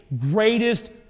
greatest